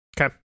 Okay